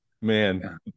Man